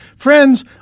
Friends